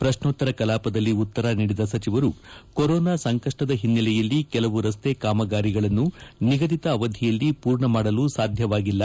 ಪ್ರಕ್ನೋತ್ತರ ಕಲಾಪದಲ್ಲಿ ಉತ್ತರ ನೀಡಿದ ಸಚಿವರು ಕೊರೋನಾ ಸಂಕಷ್ಟದ ಹಿನ್ನೆಲೆಯಲ್ಲಿ ಕೆಲವು ರಸ್ತೆ ಕಾಮಗಾರಿಗಳನ್ನು ನಿಗದಿತ ಅವಧಿಯಲ್ಲಿ ಪೂರ್ಣ ಮಾಡಲು ಸಾಧ್ಯವಾಗಿಲ್ಲ